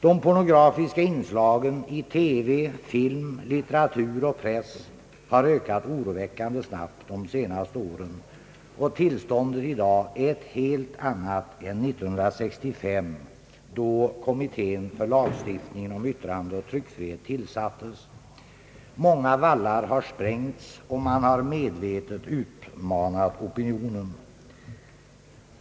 De pornografiska inslagen i TV, film, litteratur och press har ökat oroväckande snabbt de senaste åren. Tillståndet i dag är ett helt annat än 1965 då kommittén för lagstiftningen om yttrandeoch = tryckfrihet tillsattes. Många vallar har sprängts. Man har medvetet utmanat opinionen.